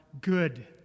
good